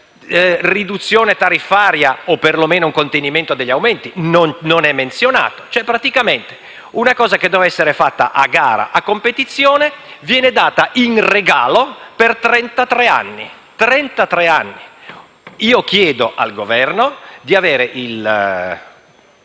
Una riduzione tariffaria o, perlomeno, un contenimento degli aumenti non sono menzionati. Praticamente, una cosa che doveva essere fatta a gara, a competizione, è data in regalo per trentatré anni. Ora, io chiedo al Governo di avere il